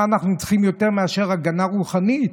מה אנחנו צריכים יותר מאשר הגנה רוחנית?